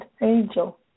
angel